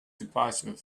departure